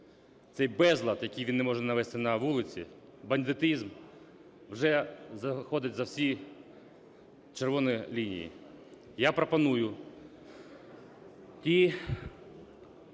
Цей безлад… який він не може навести на вулиці, бандитизм – вже виходить за всі червоні лінії. Я пропоную ті